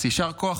אז יישר כוח.